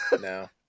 no